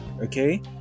Okay